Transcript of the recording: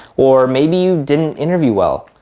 or maybe you didn't interview well,